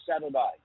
Saturday